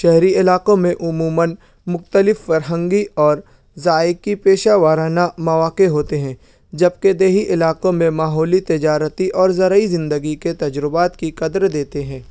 شہری علاقوں میں عموماً مختلف فرہنگی اور ذائقی پیشہ وارانہ مواقع ہوتے ہیں جبکہ دیہی علاقوں میں ماحولی تجارتی اور زرعی زندگی کے تجربات کی قدر دیتے ہیں